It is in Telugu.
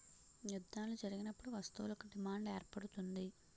యుద్ధాలు జరిగినప్పుడు వస్తువులకు డిమాండ్ ఏర్పడుతుంది